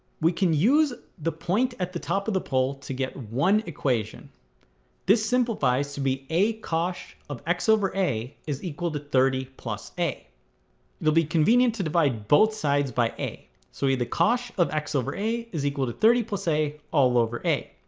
we can use the point at the top of the pole to get one equation this simplifies to be a cosh of x over a is equal to thirty plus a it'll be convenient to divide both sides by a so a the cosh of x over a is equal to thirty plus a all over a